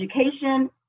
education